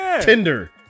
Tinder